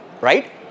Right